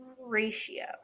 Ratio